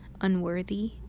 unworthy